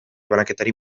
banaketari